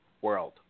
world